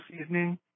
seasoning